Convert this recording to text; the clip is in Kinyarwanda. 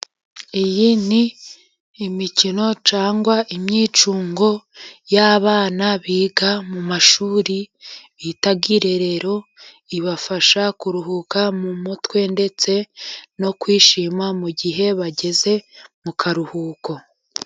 Iyi ni imikino cyangwa imyicungo y'abana biga mu mashuri bita irerero, ibafasha kuruhuka mu mutwe ndetse no kwishima mu gihe bageze mu karuhuko.